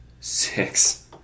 six